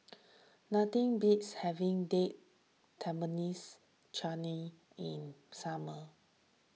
nothing beats having Date Tamarinds Chutney in summer